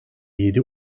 yedi